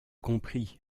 compris